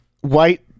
White